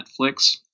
Netflix